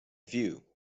view